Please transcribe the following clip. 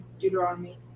Deuteronomy